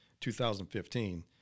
2015